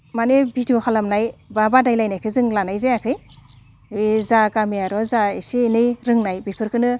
माने भिडिय' खालामनाय बा बादायलायनायखो जों लानाय जायाखै ओइ जा गामियारियाव जा एसे एनै रोंनाय बेफोरखोनो